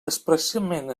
expressament